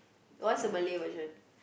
what's the Malay version